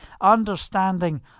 understanding